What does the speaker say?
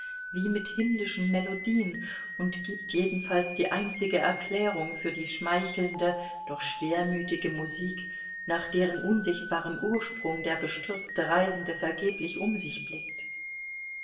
wie mit himmlischen melodien und gibt jedenfalls die einzige erklärung für die schmeichelnde doch schwermütige musik nach deren unsichtbarem ursprung der bestürzte reisende vergeblich um sich blickt